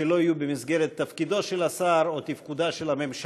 שלא יהיו במסגרת תפקידו של השר או תפקודה של הממשלה,